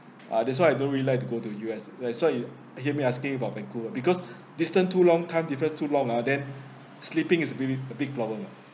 ah that's why I don't really like to go to U_S that's what you hear me asking about vancouver because distance too long time difference too long ah then sleeping is really a big problem uh